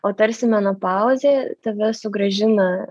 o tarsi menopauzė tave sugrąžina